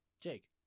Jake